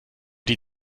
die